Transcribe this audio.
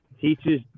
teaches